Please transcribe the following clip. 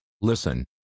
listen